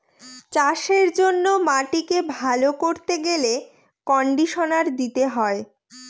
চাষের জন্য মাটিকে ভালো করতে গেলে কন্ডিশনার দিতে হয়